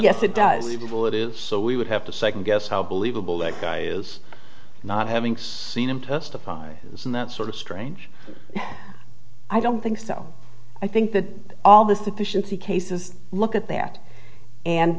yes it does it will it is so we would have to second guess how believable that guy is not having seen him testify isn't that sort of strange i don't think so i think that all this efficiency cases look at that and